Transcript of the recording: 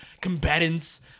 combatants